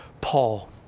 Paul